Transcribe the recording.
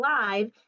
live